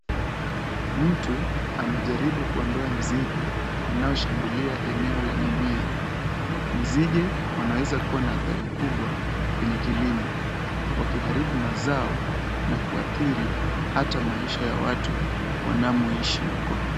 Mtu anajaribu kuondoa nzige wanaoshambulia eneo la mimea. Nzige wanaweza kuwa na athari kubwa kwenye kilimo, wakiharibu mazao na kuathiri hata maisha ya watu wanamoishi huko.